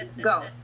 go